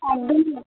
একদমই